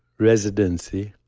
residency,